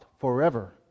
forever